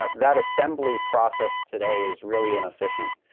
ah that assembly process today is really inefficient.